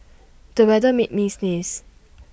the weather made me sneeze